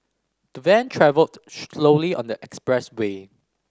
the van travelled slowly on the expressway